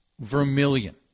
Vermilion